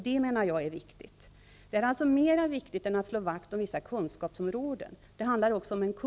Det menar jag är viktigt. Det är mer viktigt än att slå vakt om vissa kunskapsområden.